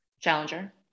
Challenger